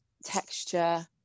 Texture